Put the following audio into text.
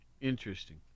Interesting